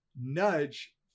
Nudge